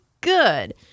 good